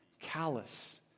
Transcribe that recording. callous